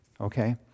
okay